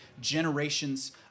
generations